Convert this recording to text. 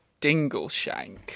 dingleshank